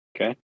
okay